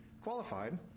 qualified